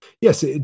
Yes